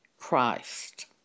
Christ